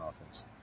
offense